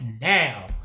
now